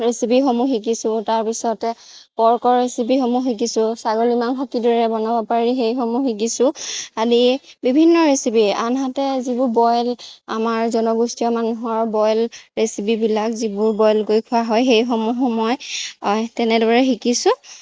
ৰেচিপিসমূহ শিকিছোঁ তাৰপিছতে পৰ্কৰ ৰেচিপিসমূহ শিকিছোঁ ছাগলী মাংস কিদৰে বনাব পাৰি সেইসমূহ শিকিছোঁ আদি বিভিন্ন ৰেচিপি আনহাতে যিবোৰ বইল আমাৰ জনগোষ্ঠীয় মানুহৰ বইল ৰেচিপিবিলাক যিবোৰ বইল কৰি খোৱা হয় সেইসমূহো মই তেনেদৰে শিকিছোঁ